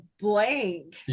blank